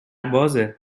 بازه